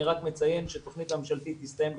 אני רק מציין שהתוכנית הממשלתית תסתיים ב-2020.